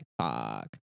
fuck